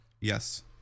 yes